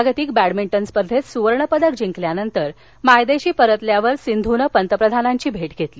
जागतिक बॅडमिंटन स्पर्धेत सुवर्णपदक जिंकल्यानंतर मायदेशी परतल्यावर तीनं पंतप्रधानांची भेट घेतली